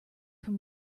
from